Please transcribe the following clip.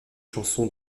chansons